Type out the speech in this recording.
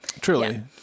truly